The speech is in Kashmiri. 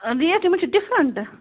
ریٹ یَمن چھِ ڈِفرنٛٹ